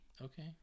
okay